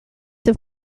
have